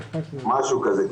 משהו כזה.